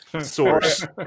Source